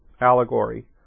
allegory